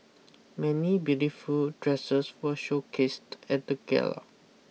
many beautiful dresses were showcased at the gala